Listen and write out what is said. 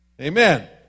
Amen